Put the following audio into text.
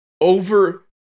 over